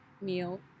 meal